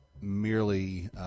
merely